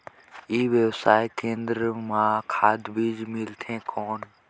ई व्यवसाय केंद्र मां खाद बीजा मिलथे कौन?